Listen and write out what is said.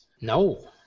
no